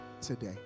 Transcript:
today